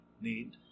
need